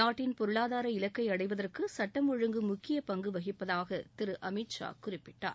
நாட்டின் பொருளாதார இலக்கை அடைவதற்கு சுட்டம் ஒழுங்கு முக்கிய பங்கு வகிப்பதாக திரு அமித்ஷா குறிப்பிட்டார்